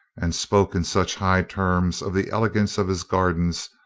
and spoke in such high terms of the elegance of his gardens,